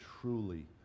truly